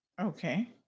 Okay